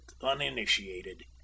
uninitiated